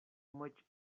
much